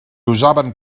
usaven